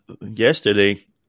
Yesterday